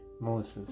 Moses